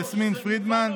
יסמין פרידמן.